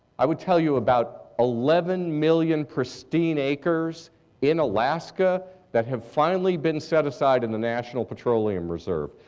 i would tell you about eleven million pristine acres in alaska that have finally been set aside in the national petroleum reserve.